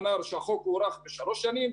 שהחוק הוארך בשלוש שנים,